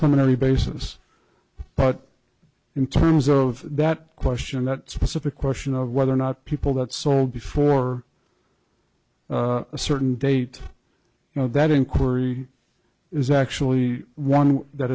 planetary basis but in terms of that question that specific question of whether or not people that soul before a certain date know that inquiry is actually one that